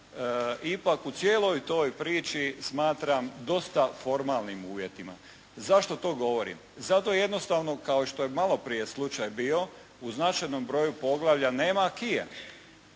ipak u cijeloj toj priči smatram dosta formalnim uvjetima. Zašto to govorim? Zato jednostavno kao što je malo prije slučaj bio u značajnom broju poglavlja nema Aqui-a.